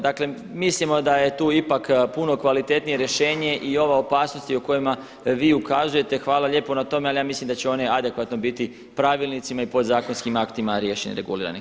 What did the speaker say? Dakle, mislimo da je tu ipak puno kvalitetnije rješenje i ova opasnost o kojima vi ukazujete, hvala lijepo na tome, ali ja mislim da će one adekvatno biti u pravilnicima i u podzakonskim aktima riješeni, regulirani.